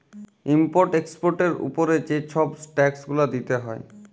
import এক্সপর্টের উপরে যে ছব ট্যাক্স গুলা দিতে হ্যয়